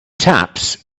taps